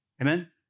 Amen